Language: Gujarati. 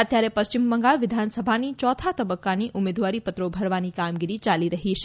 અત્યારે પશ્ચિમ બંગાળ વિધાનસભાની યોથા તબક્કાની ઉમેદવારીપત્રો ભરવાની કામગીરી ચાલી રહી છે